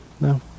No